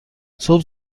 صبح